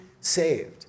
saved